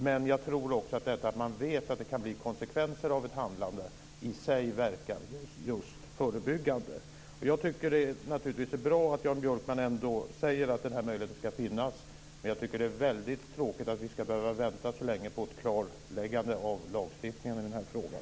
Men jag tror också att vetskapen om att det kan bli konsekvenser av ett handlande i sig verkar just förebyggande. Jag tycker naturligtvis att det är bra att Jan Björkman ändå säger att den här möjligheten ska finnas. Men jag tycker att det är väldigt tråkigt att vi ska behöva vänta så länge på ett klarläggande av lagstiftningen i den här frågan.